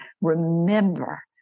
Remember